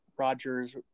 rogers